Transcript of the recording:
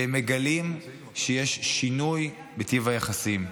והם מגלים שיש שינוי בטיב היחסים.